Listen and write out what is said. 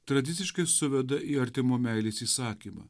tradiciškai suveda į artimo meilės įsakymą